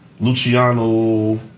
Luciano